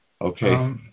Okay